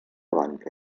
banca